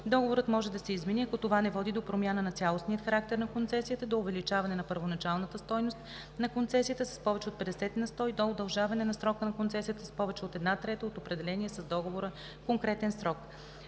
договорът може да се измени, ако това не води до промяна на цялостния характер на концесията, до увеличаване на първоначалната стойност на концесията с повече от 50 на сто и до удължаване на срока на концесията с повече от една трета от определения с договора конкретен срок.